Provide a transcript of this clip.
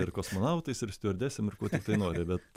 ir kosmonautais ir stiuardesėm ir kuo tiktai nori bet